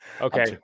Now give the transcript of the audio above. Okay